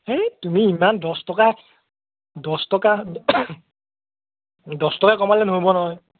সেই তুমি ইমান দহ টকা দহ টকা দহ টকা কমালে নহ'ব নহয়